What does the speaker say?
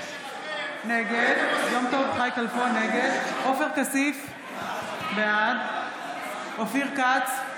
נגד עופר כסיף, בעד אופיר כץ,